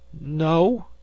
no